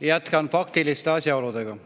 Jätkan faktiliste asjaoludega.